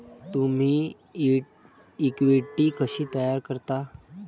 तुम्ही इक्विटी कशी तयार करता?